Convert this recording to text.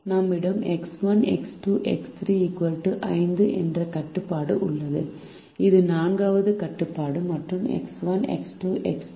நம்மிடம் X1 X2 X3 5 என்ற கட்டுப்பாடு உள்ளது இது நான்காவது கட்டுப்பாடு மற்றும் X1 X2 X3 u ≥0